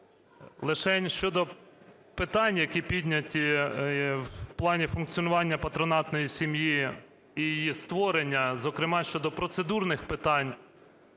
Лишень щодо питань, які підняті в плані функціонування патронатної сім'ї і її створення, зокрема щодо процедурних питань,